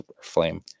flame